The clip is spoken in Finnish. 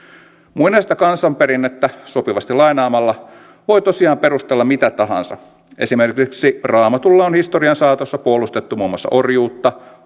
muinaista kansanperinnettä sopivasti lainaamalla voi tosiaan perustella mitä tahansa esimerkiksi raamatulla on historian saatossa puolustettu muun muassa orjuutta